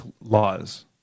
laws